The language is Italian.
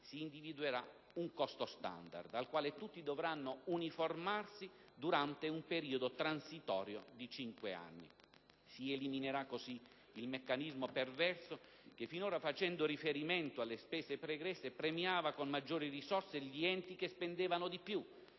si individuerà un «costo *standard*», al quale tutti dovranno uniformarsi durante un periodo transitorio di cinque anni. Si eliminerà così il meccanismo perverso che finora, facendo riferimento alle spese pregresse, premiava con maggiori risorse gli enti che spendevano di più,